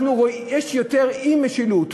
יש יותר אי-משילות.